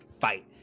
fight